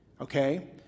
okay